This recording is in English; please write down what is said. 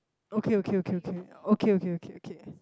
okay okay okay okay okay okay okay okay